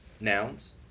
nouns